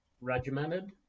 regimented